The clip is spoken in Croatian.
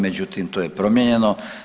Međutim, to je promijenjeno.